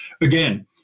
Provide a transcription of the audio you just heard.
Again